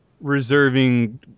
reserving